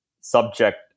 subject